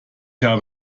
habe